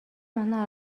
манай